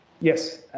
Yes